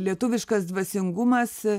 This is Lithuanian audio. lietuviškas dvasingumas